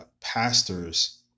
pastors